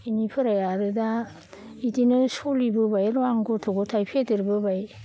इनिफोराय आरो दा इदिनो सोलिबोबाय र' आं गथ' गथाय फेदेरबोबाय